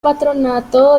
patronato